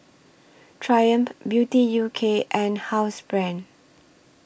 Triumph Beauty U K and Housebrand